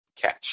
catch